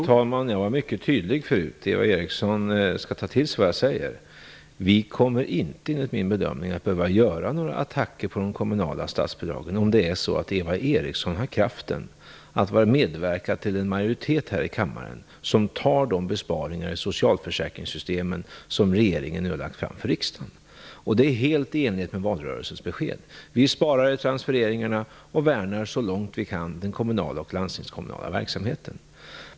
Herr talman! Jag uttryckte mig mycket tydligt. Eva Eriksson borde ta till sig vad jag säger. Enligt min bedömning kommer vi inte att behöva göra några attacker mot de kommunala statsbidragen, om Eva Eriksson har kraft att medverka till en majoritet här i kammaren som kan fatta beslut om de besparingar i socialförsäkringssystemen som regeringen nu har lagt fram förslag om inför riksdagen. Detta är helt i enlighet med beskeden i valrörelsen. Vi sparar i transfereringarna och värnar så långt vi kan den kommunala och den landstingskommunala verksamheten.